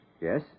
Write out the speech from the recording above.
Yes